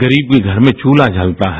गरीब के घर में चूल्हा जलता है